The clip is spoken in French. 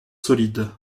solide